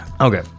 Okay